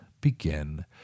begin